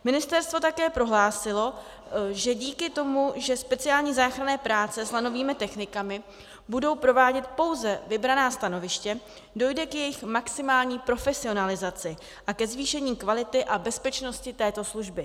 Ministerstvo také prohlásilo, že díky tomu, že speciální záchranné práce s lanovými technikami budou provádět pouze vybraná stanoviště, dojde k jejich maximální profesionalizaci a ke zvýšení kvality a bezpečnosti této služby.